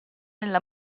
nella